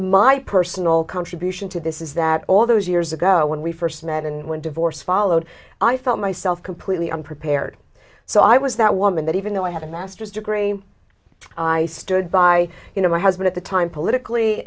my personal contribution to this is that all those years ago when we first met and when divorce followed i felt myself completely unprepared so i was that woman that even though i had a master's degree i stood by you know my husband at the time politically